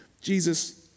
Jesus